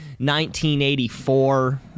1984